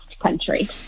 country